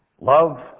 Love